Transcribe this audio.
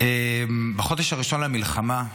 בחודש הראשון למלחמה,